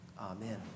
Amen